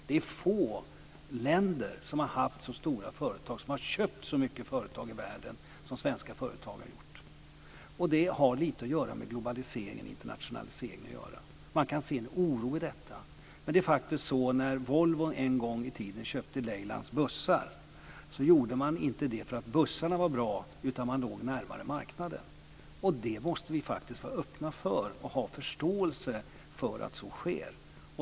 Det är få länder som har haft så stora företag som har köpt så mycket företag i världen som Sverige har haft. Det har lite med globaliseringen och internationaliseringen att göra. Man kan se en oro i detta. Men när Volvo en gång i tiden köpte Leilands bussar gjorde man inte det för att bussarna var bra utan för att man låg närmare marknaden. Vi måste faktiskt vara öppna för och ha förståelse för att så sker.